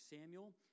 Samuel